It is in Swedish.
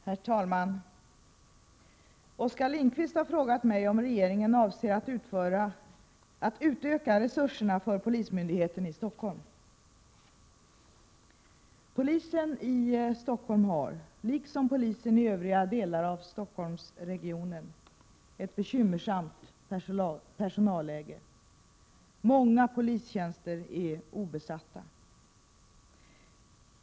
Herr talman! Oskar Lindkvist har frågat mig om regeringen avser att utöka resurserna för polismyndigheten i Stockholm. Polisen i Stockholm har, liksom polisen i övriga delar av Stockholmsregionen, ett bekymmersamt personalläge. Många polistjänster är obesatta.